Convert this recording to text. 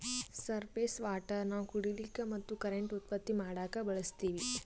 surface water ನಾವ್ ಕುಡಿಲಿಕ್ಕ ಮತ್ತ್ ಕರೆಂಟ್ ಉತ್ಪತ್ತಿ ಮಾಡಕ್ಕಾ ಬಳಸ್ತೀವಿ